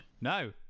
No